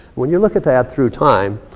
when you look at that through time,